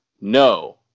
no